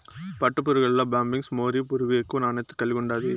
పట్టుపురుగుల్ల Bombyx mori పురుగు ఎక్కువ నాణ్యత కలిగుండాది